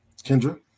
Kendra